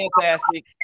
fantastic